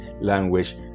language